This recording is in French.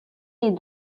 les